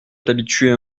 t’habituer